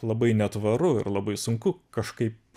labai netvaru ir labai sunku kažkaip